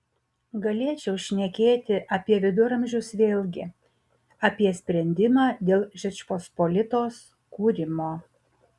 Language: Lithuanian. galėčiau šnekėti apie viduramžius vėlgi apie sprendimą dėl žečpospolitos kūrimo